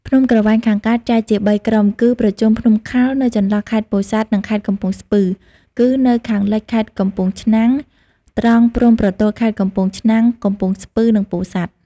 ភ្នំក្រវាញខាងកើត ចែកជាបីក្រុមគឺ ប្រជុំភ្នំខោល នៅចន្លោះខេត្តពោធិ៍សាត់ និងខេត្តកំពង់ស្ពឺ គឺនៅខាងលិចខេត្តកំពង់ ឆ្នាំង ត្រង់ព្រំប្រទល់ខេត្តកំពង់ឆ្នាំង កំពង់ស្ពឺ និងពោធិ៍សាត់ ។